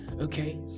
okay